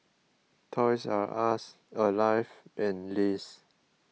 Toys R Us Alive and Lays